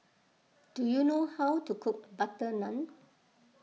do you know how to cook Butter Naan